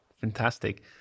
Fantastic